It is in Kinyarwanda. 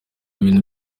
ibintu